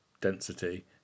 density